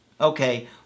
Okay